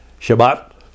Shabbat